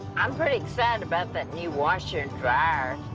i'm pretty excited about that new washer and dryer.